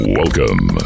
welcome